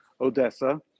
Odessa